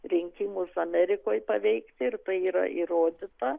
rinkimus amerikoje paveikti ir tai yra įrodyta